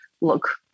look